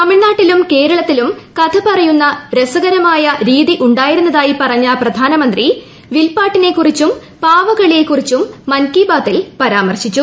തമിഴ് നാട്ടിലും കേരളത്തിലും കഥ പറയുന്ന വളരെ രസകരമായ രീതി ഉണ്ടായിരുന്നതായി പറഞ്ഞ പ്രധാനമന്ത്രി വിൽപ്പാട്ടിനെക്കുറിച്ചും പാവകളിയെകുറിച്ചും മൻ കി ബാതിൽ പരാമർശിച്ചു